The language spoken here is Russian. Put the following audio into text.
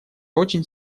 очень